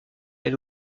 elle